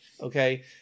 Okay